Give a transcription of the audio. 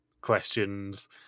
questions